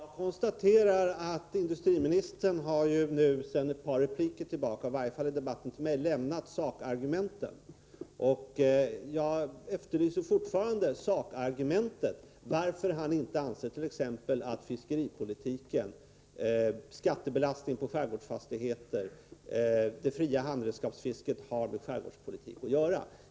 Herr talman! Jag konstaterar att industriministern i de senaste replikerna — åtminstone i debatten med mig — avstått från att lämna sakargument. Fortfarande efterlyser jag förklaringen varför han inte anser att t.ex. fiskeripolitiken, skattebelastningen på skärgårdsfastigheter och det fria handredskapsfisket har med skärgårdspolitik att göra.